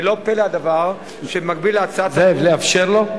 ולא פלא הדבר שבמקביל להצעת החוק, זאב, לאפשר לו,